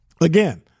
Again